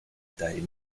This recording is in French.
taille